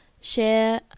share